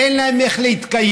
אין להם איך להתקיים,